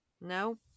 no